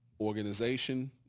organization